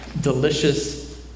delicious